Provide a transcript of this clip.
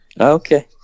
Okay